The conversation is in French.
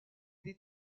des